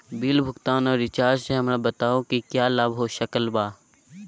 Bill भुगतान और recharge से हमरा बताओ कि क्या लाभ हो सकल बा?